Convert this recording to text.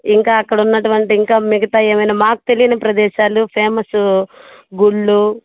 ఇంకా అక్కడ ఉన్నటువంటి ఇంకా మిగతావి ఏవైనా మాకు తెలియని ప్రదేశాలు ఫేమస్సు గుళ్ళు